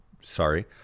sorry